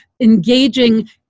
engaging